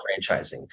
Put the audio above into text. franchising